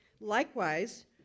Likewise